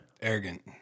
arrogant